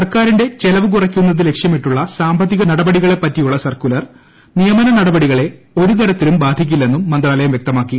സർക്കാരിന്റെ ചെലവ് കുറയ്ക്കുന്നത് ലക്ഷ്യമിട്ടുള്ള സാമ്പത്തിക നടപടികളെപ്പറ്റിയുള്ള സർക്കുലർ നിയമന നടപടികളെ ഒരു തരത്തിലും ബാധിക്കില്ലെന്നും മന്ത്രാലയം വൃക്തമാക്കി